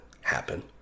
happen